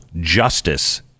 justice